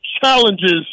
challenges